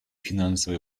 финансовой